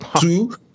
two